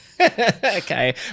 Okay